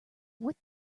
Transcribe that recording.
what